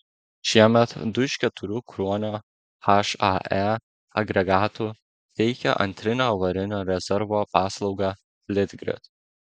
šiemet du iš keturių kruonio hae agregatų teikia antrinio avarinio rezervo paslaugą litgrid